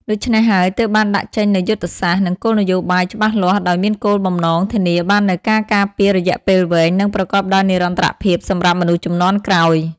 ដូច្នេះហើយ ទើបបានដាក់ចេញនូវយុទ្ធសាស្ត្រ និងគោលនយោបាយច្បាស់លាស់ ដោយមានគោលបំណងធានាបាននូវការការពាររយៈពេលវែង និងប្រកបដោយនិរន្តរភាពសម្រាប់មនុស្សជំនាន់ក្រោយ។